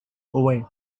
away